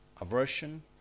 aversion